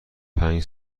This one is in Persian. پنج